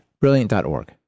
Brilliant.org